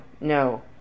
no